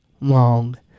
long